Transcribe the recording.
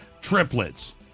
triplets